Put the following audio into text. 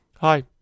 Hi